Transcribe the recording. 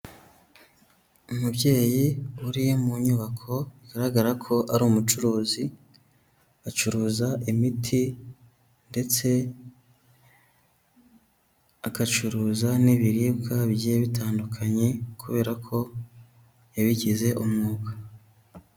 Umubyeyi uri mu nyubako, bigaragara ko ari umucuruzi, acuruza imiti ndetse agacuruza n'ibiribwa bigiye bitandukanye kubera ko yabigize umwuga.